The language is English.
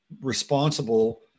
responsible